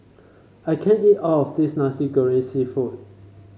I can't eat all of this Nasi Goreng seafood